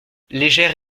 légère